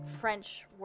French